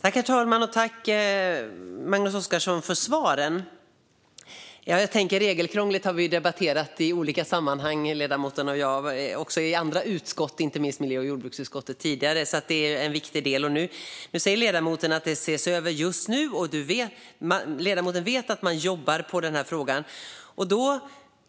Herr talman! Jag tackar Magnus Oscarsson för svaren. Regelkrånglet har ledamoten och jag debatterat tidigare i olika sammanhang, också i andra utskott, inte minst miljö och jordbruksutskottet. Nu säger ledamoten att det ses över just nu och att han vet att man jobbar med frågan.